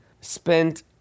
spent